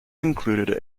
included